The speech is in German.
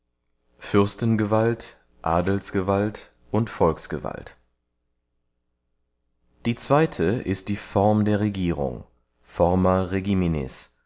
fürstengewalt adelsgewalt und volksgewalt die zweyte ist die form der regierung forma